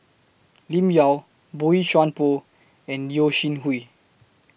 Lim Yau Boey Chuan Poh and Yeo Shih Hui